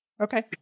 Okay